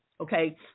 okay